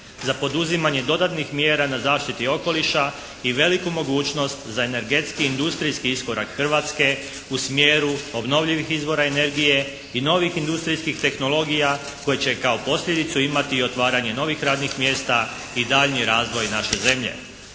za poduzimanje dodatnih mjera na zaštiti okoliša i veliku mogućnost za energetski, industrijski iskorak Hrvatske u smjeru obnovljivih izvora energije i novih industrijskih tehnologija koje će kao posljedicu imati i otvaranje novih radnih mjesta i daljnji razvoj naše zemlje.